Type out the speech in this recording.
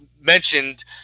mentioned